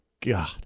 God